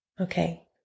Okay